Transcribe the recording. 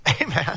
Amen